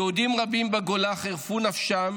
יהודים רבים בגולה חירפו נפשם,